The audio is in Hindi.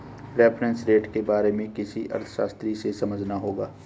रेफरेंस रेट के बारे में किसी अर्थशास्त्री से समझना होगा